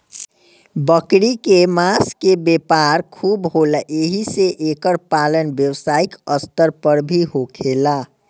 बकरी के मांस के व्यापार खूब होला एही से एकर पालन व्यवसायिक स्तर पर भी होखेला